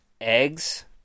eggs